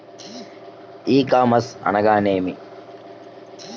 ఈ కామర్స్ అనగానేమి?